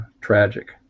tragic